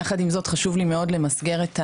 יחד עם זאת, חשוב לי מאוד למסגר את הדיון.